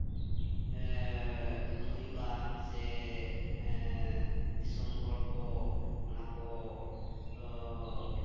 ᱦᱩᱭᱩᱜᱼᱟ ᱥᱮ ᱫᱤᱥᱚᱢ ᱦᱚᱲ ᱠᱚ ᱚᱱᱟ ᱠᱚ